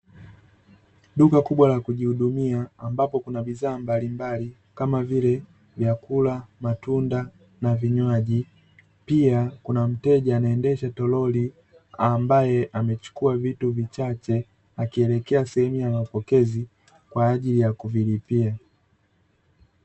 Duka kubwa la kujihudumia ambapo kuna bidhaa mbalimbali kama vile: vyakula, matunda na vinywaji. Pia kuna mteja anaendesha toroli ambaye amechukua vitu vichache, akielekea sehemu ya mapokezi kwa ajili ya kuvilipia.